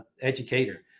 educator